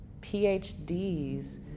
PhDs